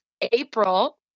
april